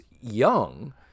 young